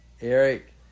Eric